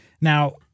Now